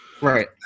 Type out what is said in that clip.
Right